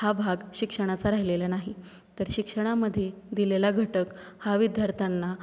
हा भाग शिक्षणाचा राहिलेला नाही तर शिक्षणामध्ये दिलेला घटक हा विद्यार्थ्यांना